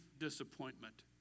disappointment